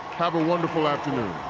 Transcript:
have a wonderful afternoon.